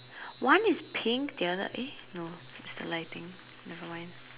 one is pink the other eh no it's the lighting nevermind